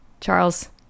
Charles